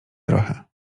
trochę